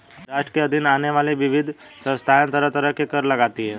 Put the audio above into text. राष्ट्र के अधीन आने वाली विविध संस्थाएँ तरह तरह के कर लगातीं हैं